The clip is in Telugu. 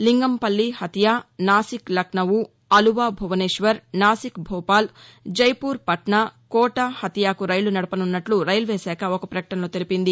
లింగంపల్లి హతియా నాసిక్ లక్సవూ అలువా భువనేశ్వర్ నాసిక్ భోపాల్ జైపూర్ పట్నా కోట హతియాకు రైళ్లు నడపున్నట్లు రైల్వే శాఖ ఒక ప్రకటనలో తెలిపింది